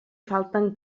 falten